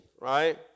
right